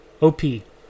OP